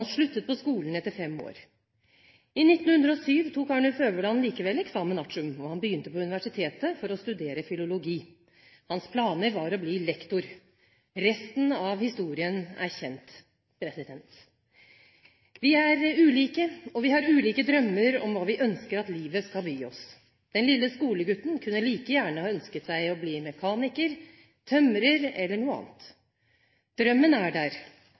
sluttet på skolen etter fem år. I 1907 tok Arnulf Øverland likevel examen artium, og han begynte på universitetet for å studere filologi. Hans planer var å bli lektor. Resten av historien er kjent. Vi er ulike, og vi har ulike drømmer om hva vi ønsker at livet skal by oss. Den lille skolegutten kunne like gjerne ha ønsket å bli mekaniker, tømrer eller noe annet. Drømmen er der,